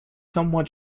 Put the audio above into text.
somewhat